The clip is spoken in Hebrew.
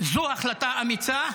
זו החלטה אמיצה,